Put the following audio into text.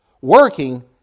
Working